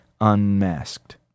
unmasked